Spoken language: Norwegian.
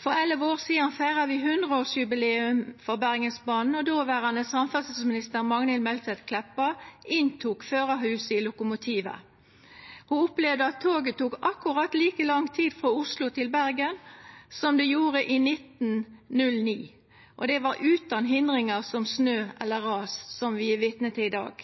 For 11 år sidan feira vi 100-årsjubileum for Bergensbanen, og dåverande samferdselsminister, Magnhild Meltveit Kleppa, entra førarhuset i lokomotivet. Ho opplevde at toget tok akkurat like lang tid frå Oslo til Bergen som det gjorde i 1909, og det var utan hindringar som snø eller ras, som vi er vitne til i dag.